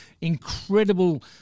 incredible